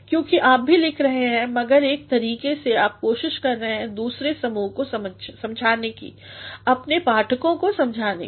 क्योंकि आप भी लिख रहे हैं मगर एक तरीके से आप कोशिश कर रहे हैं दुसरे समूह को समझाने की अपने पाठकों को समझाने की